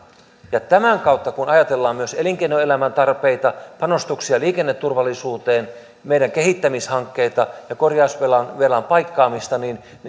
tämän kautta kun ajatellaan myös elinkeinoelämän tarpeita panostuksia liikenneturvallisuuteen meidän kehittämishankkeita ja korjausvelan paikkaamista